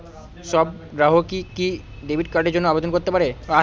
সব গ্রাহকই কি ডেবিট কার্ডের জন্য আবেদন করতে পারে?